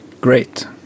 Great